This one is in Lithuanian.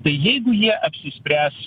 tai jeigu jie apsispręs